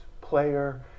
player